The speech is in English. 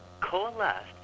coalesced